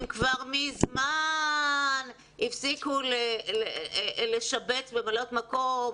כבר מזמן הפסיקו לשבץ ממלאות מקום.